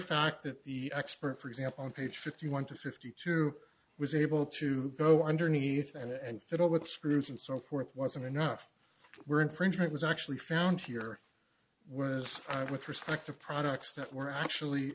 fact that the expert for example on page fifty one to fifty two was able to go underneath and fiddle with screws and so forth wasn't enough were infringement was actually found here was with respect to products that were actually